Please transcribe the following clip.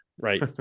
right